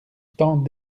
tant